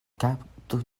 kaptu